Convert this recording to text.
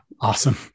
awesome